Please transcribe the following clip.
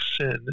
sin